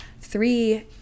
three